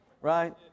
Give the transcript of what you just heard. right